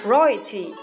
Royalty